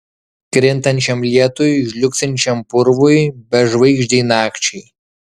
krintančiam lietui žliugsinčiam purvui bežvaigždei nakčiai